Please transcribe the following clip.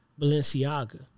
Balenciaga